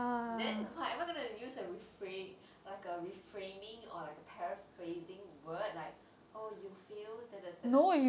then what am I gonna use like a refra~ like a reframing or like a paraphrasing word like oh you feel